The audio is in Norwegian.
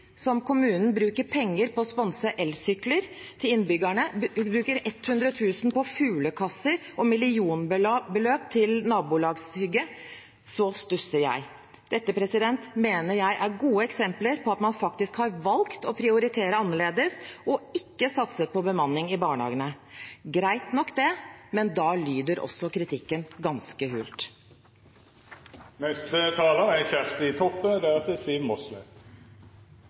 som kommunen bruker penger på å sponse elsykler til innbyggerne, bruker 100 000 kr på fuglekasser og bruker millionbeløp på nabolagshygge, så stusser jeg. Dette mener jeg er gode eksempler på at man faktisk har valgt å prioritere annerledes og ikke satse på bemanning i barnehagene. Det er greit nok, men da lyder også kritikken ganske